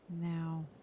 Now